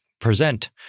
present